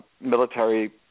military